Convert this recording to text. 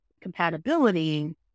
compatibility